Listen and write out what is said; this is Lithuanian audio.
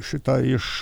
šitą iš